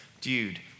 dude